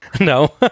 No